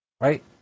right